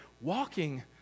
walking